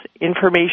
information